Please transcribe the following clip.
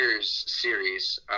series